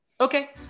Okay